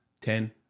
Ten